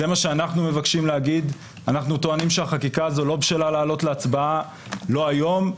אנחנו טוענים שהחקיקה הזו לא בשלה לעלות להצבעה לא היום,